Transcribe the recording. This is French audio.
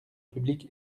public